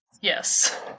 Yes